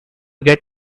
get